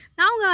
Now